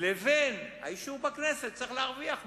לבין האישור בכנסת צריך להרוויח משהו.